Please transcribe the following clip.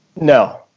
No